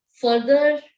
further